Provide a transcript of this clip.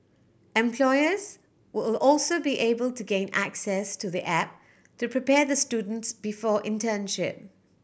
employers will also be able to gain access to the app to prepare the students before internship